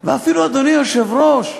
ואפילו, אדוני היושב-ראש,